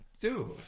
Dude